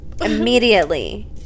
immediately